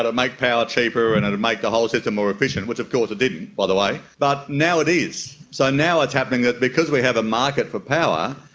to make power cheaper and make the whole system more efficient, which of course it didn't, by the way. but now it is. so now it's happening that because we have a market for power,